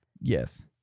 Yes